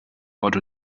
pots